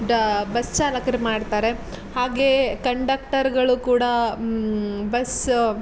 ಡಾ ಬಸ್ ಚಾಲಕರು ಮಾಡ್ತಾರೆ ಹಾಗೆಯೇ ಕಂಡಕ್ಟರ್ಗಳು ಕೂಡ ಬಸ್ಸು